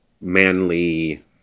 manly